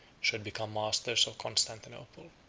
should become masters of constantinople.